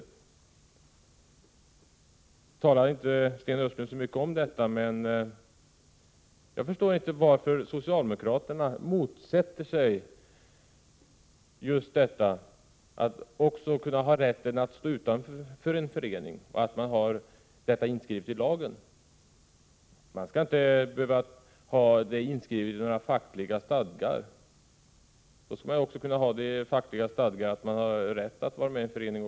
Nu talar Sten Östlund inte så mycket om detta, men jag förstår inte varför socialdemokraterna motsätter sig just att man också skall kunna ha rätten att stå utanför en förening och att detta skrivs in i lagen. Man skall inte behöva ha det inskrivet i några fackliga stadgar; då skulle där ju också kunna stå att man har rätt att vara med i förening.